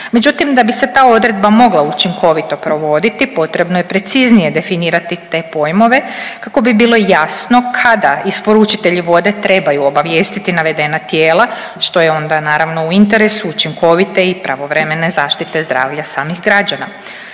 međutim, da bi se ta odredba mogla učinkovito provoditi potrebno je preciznije definirati te pojmove kako bi bilo jasno kada isporučitelji vode trebaju obavijestiti navedena tijela što je onda naravno u interesu učinkovite i pravovremene zaštite zdravlja samih građana.